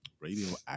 Radioactive